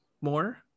more